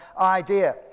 idea